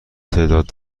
تعداد